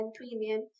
premium